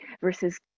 versus